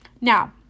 Now